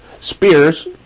spears